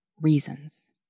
reasons